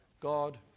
God